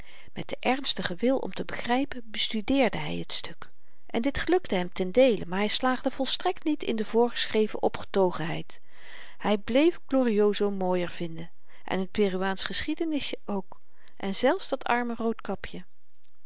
met den ernstigen wil om te begrypen bestudeerde hy t stuk en dit gelukte hem tendeele maar hy slaagde volstrekt niet in de voorgeschreven opgetogenheid hy bleef glorioso mooier vinden en t peruaansch geschiedenisjen ook en zelfs dat arme roodkapje